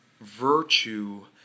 virtue